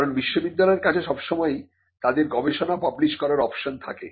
কারণ বিশ্ববিদ্যালয়ের কাছে সবসময়ই তাদের গবেষণা পাবলিস করার অপশন থাকে